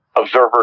observer